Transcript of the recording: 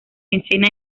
escena